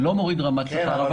לא מורידים רמת שכר.